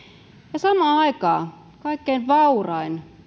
ja samaan aikaan kaikkein vaurain